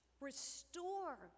restore